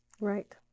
Right